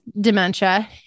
dementia